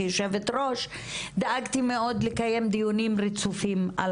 כיושבת ראש דאגתי מאוד לקיים דיונים רצופים על